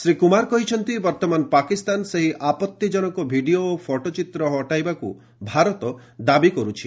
ଶ୍ରୀ କୁମାର କହିଛନ୍ତି ବର୍ତ୍ତମାନ ପାକିସ୍ତାନ ସେହି ଆପତ୍ତିଜନକ ଭିଡ଼ିଓ ଓ ଫଟୋଚିତ୍ର ହଟାଇବାକୁ ଭାରତ ଦାବି କରୁଛି